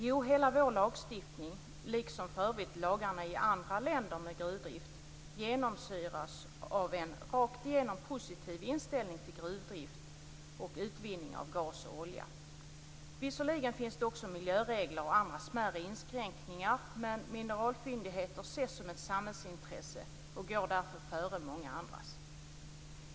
Jo, hela vår lagstiftning - liksom för övrigt lagarna i andra länder med gruvdrift - genomsyras av en rakt igenom positiv inställning till gruvdrift och utvinning av gas och olja. Visserligen finns det också miljöregler och andra smärre inskränkningar men mineralfyndigheter ses som ett samhällsintresse och går därför före många andras.